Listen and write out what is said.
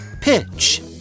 pitch